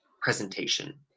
presentation